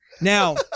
Now